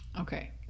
Okay